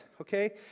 Okay